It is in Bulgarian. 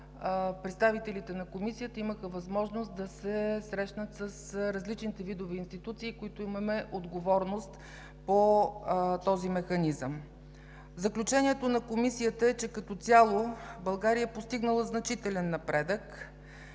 представителите на Комисията имаха възможност да се срещнат с различните видове институции, които имат отговорност по този механизъм. Заключението на Комисията е, че като цяло България е постигнала значителен напредък